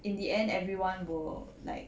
in the end everyone will like